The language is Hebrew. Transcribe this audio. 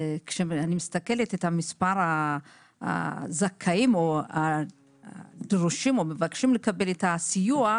כשאני מסתכלת על מספר הזכאים או המבקשים לקבל את הסיוע,